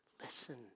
Listen